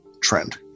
trend